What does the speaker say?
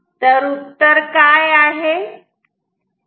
तर उत्तर काय आहे